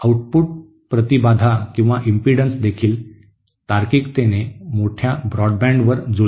output प्रतिबाधा देखील समान तार्किकतेने मोठया ब्रॉड बँडवर जुळते